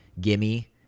gimme